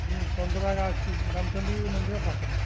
ହୁଁ ଚନ୍ଦ୍ରଭାଗା ଅଛି ରାମଚଣ୍ଡୀ ମନ୍ଦିର ପାଖରେ